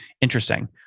Interesting